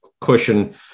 cushion